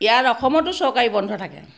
ইয়াত অসমতো চৰকাৰী বন্ধ থাকে